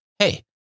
Hey